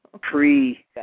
Pre